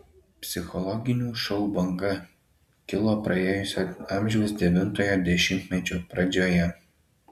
psichologinių šou banga kilo praėjusio amžiaus devintojo dešimtmečio pradžioje